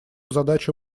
задачу